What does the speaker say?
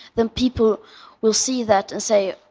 then people will see that and say,